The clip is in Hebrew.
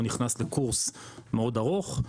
הוא נכנס לקורס מאוד ארוך,